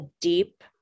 deep